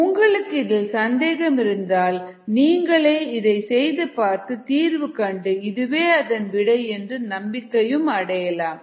உங்களுக்கு இதில் சந்தேகம் இருந்தால் நீங்களே இதை செய்து பார்த்து தீர்வு கண்டு இதுவே அதன் விடை என்று நம்பிக்கை அடையலாம்